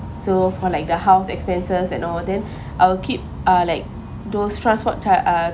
so for like the house expenses and all then I will keep ah like those transport type uh